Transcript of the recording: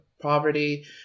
poverty